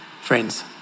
friends